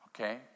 Okay